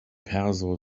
perso